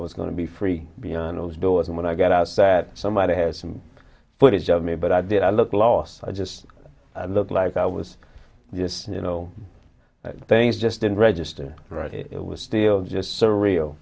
was going to be free beyond those doors and when i got out that somebody had some footage of me but i did i look lost i just look like i was just you know things just didn't register right it was still just surreal